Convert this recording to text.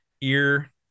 ear